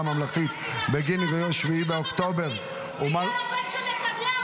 ממלכתית בגין אירועי 7 באוקטובר -- על הרוגלות,